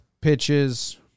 pitches